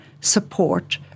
support